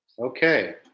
Okay